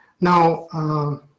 now